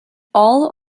all